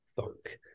thunk